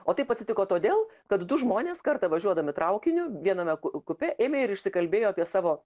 o taip atsitiko todėl kad du žmonės kartą važiuodami traukiniu viename kupė ėmė ir išsikalbėjo apie savo